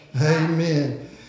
Amen